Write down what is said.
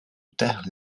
dale